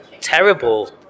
terrible